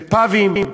בפאבים,